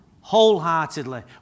Wholeheartedly